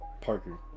Parker